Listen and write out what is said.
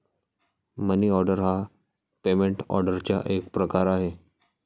मनी order हा payment ऑर्डरचा एक प्रकार आहे